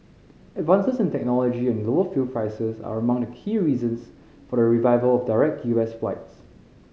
advances in technology and lower fuel prices are among the key reasons for the revival of direct U S flights